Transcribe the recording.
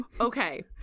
okay